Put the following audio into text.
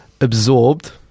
absorbed